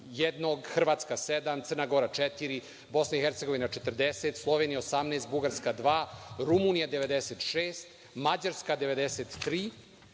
jednog, Hrvatska sedam, Crna Gora četiri, Bosna i Hercegovina 40, Slovenija 18, Bugarska dva, Rumunija 96, Mađarska 93